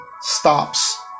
stops